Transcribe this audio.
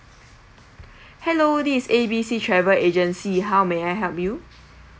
hello this is A B C travel agency how may I help you